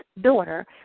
daughter